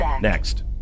next